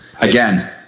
Again